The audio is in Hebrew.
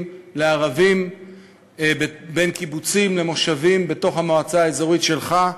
לערבים ובין קיבוצים למושבים בתוך המועצה האזורית שלך,